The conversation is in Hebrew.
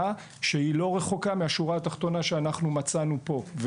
שהיא לא רחוקה מהשורה התחתונה שאנחנו מצאנו פה.